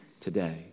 today